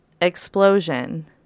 explosion